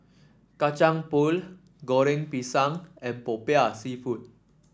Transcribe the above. Kacang Pool Goreng Pisang and popiah seafood